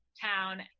town